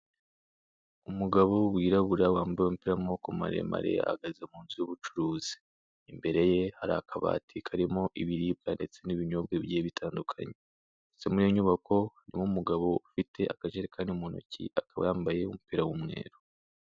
Umugabo wirabura wambaye umupira w'amaboko maremare, ahagaze mu nzu y'ubucuruzi. Imbere ye hari akabati karimo ibiribwa ndetse n'ibinyobwa bigiye bitandukanye ndetse muri iyo nyubako harimo umugabo ufite akajarekani mu ntoki, akaba yambaye umupira w'umweru.